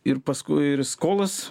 ir paskui ir skolos